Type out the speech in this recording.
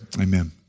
amen